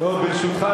ברשותך,